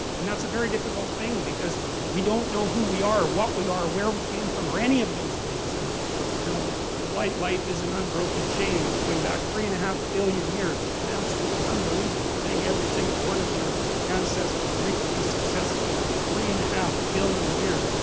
and that's a very difficult thing because we don't know who we are or what we are or where we came from or any of those things. and you know the light life is an unbroken chain going back three and a half billion years. it's an absolutely unbelievable thing. every single one of your ancestors reproduced successfully for three and a half billion years.